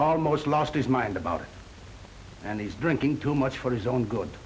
almost lost his mind about it and he's drinking too much for his own good